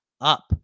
up